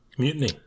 Mutiny